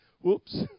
Whoops